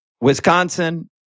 Wisconsin